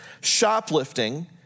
shoplifting